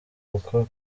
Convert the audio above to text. kuko